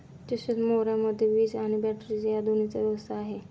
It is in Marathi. तसेच मोऱ्यामध्ये वीज आणि बॅटरी या दोन्हीची व्यवस्था आहे